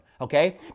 okay